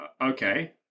okay